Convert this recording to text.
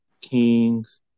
Kings